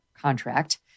contract